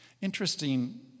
Interesting